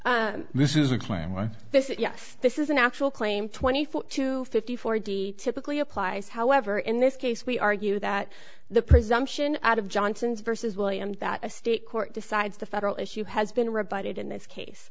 this yes this is an actual claim twenty four to fifty four d typically applies however in this case we argue that the presumption out of johnson's versus williams that a state court decides the federal issue has been rebutted in this case